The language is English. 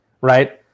right